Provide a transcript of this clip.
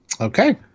Okay